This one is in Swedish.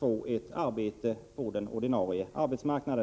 till ett arbete på den ordinarie arbetsmarknaden.